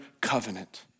covenant